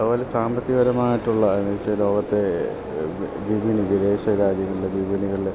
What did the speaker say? അതുപോലെ സാമ്പത്തികരപമായിട്ടുള്ള എന്ന് വച്ചാൽ ലോകത്തെ വിപണി വിദേശ രാജ്യങ്ങളിലെ വിപണികളിൽ